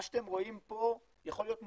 מה שאתם רואים פה יכול להיות מוכפל,